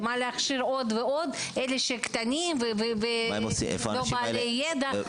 למה להכשיר עוד ועוד אלה שקטנים ולא בעלי ידע,